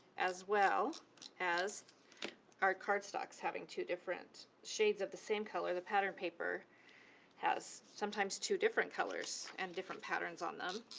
as well as our cardstocks, having two different shades of the same color. the pattern paper has sometimes two different colors and different patterns on them,